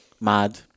Mad